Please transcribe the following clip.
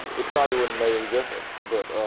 it probably wouldn't make any difference but